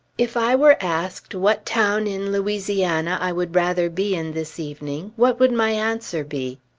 if i were asked what town in louisiana i would rather be in this evening, what would my answer be?